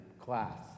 class